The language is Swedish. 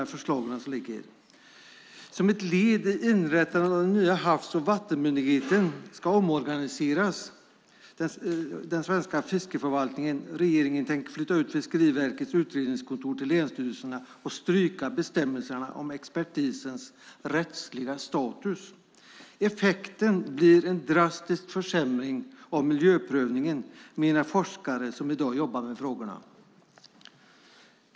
Där framgår bland annat att som ett led i inrättandet av den nya havs och vattenmyndigheten ska den svenska fiskeförvaltningen omorganiseras. Regeringen tänker flytta ut Fiskeriverkets utredningskontor till länsstyrelserna och stryka bestämmelserna om expertisens rättsliga status. Effekten blir en drastisk försämring av miljöprövningen, menar forskare som i dag jobbar med frågorna.